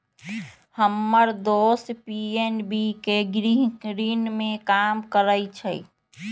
हम्मर दोस पी.एन.बी के गृह ऋण में काम करइ छई